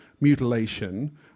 mutilation